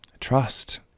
trust